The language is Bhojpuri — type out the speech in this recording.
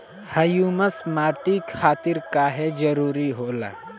ह्यूमस माटी खातिर काहे जरूरी होला?